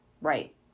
Right